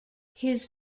his